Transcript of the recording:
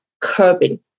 curbing